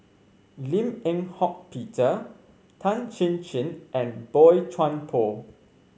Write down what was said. Lim Eng Hock Peter Tan Chin Chin and Boey Chuan Poh